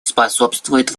способствуют